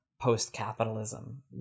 post-capitalism